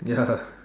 ya